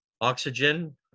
oxygen